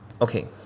Okay